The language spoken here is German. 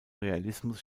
realismus